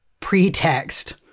pretext